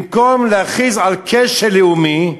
במקום להכריז על כשל לאומי,